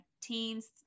teens